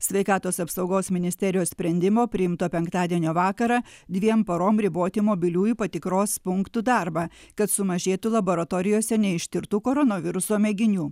sveikatos apsaugos ministerijos sprendimo priimto penktadienio vakarą dviem parom riboti mobiliųjų patikros punktų darbą kad sumažėtų laboratorijose neištirtų koronaviruso mėginių